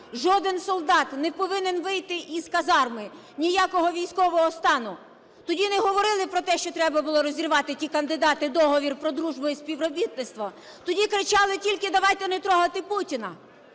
жоден солдат не повинен вийти і із казарми, ніякого військового стану, тоді не говорили про те, що треба було розірвати, ті кандидати, Договір про дружбу і співробітництво. Тоді кричали тільки: давайте не трогати Путіна.